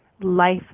life